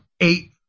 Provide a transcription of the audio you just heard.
eight